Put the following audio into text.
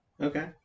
Okay